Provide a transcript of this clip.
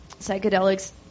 psychedelics